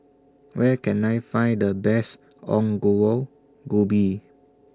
Where Can I Find The Best Ongol Ubi